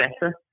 better